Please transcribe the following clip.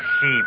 sheep